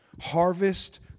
harvest